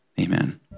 Amen